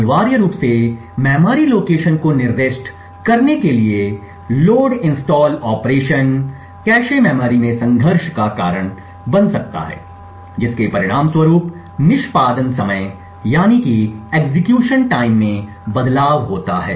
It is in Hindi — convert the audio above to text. अनिवार्य रूप से मेमोरी लोकेशन को निर्दिष्ट करने के लिए load install operation cache memory में संघर्ष का कारण बन सकता है जिसके परिणामस्वरूप निष्पादन समय में बदलाव होता है